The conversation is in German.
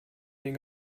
den